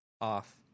Off